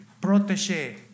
protege